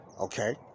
Okay